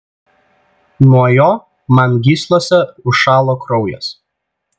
nuo jo man gyslose užšalo kraujas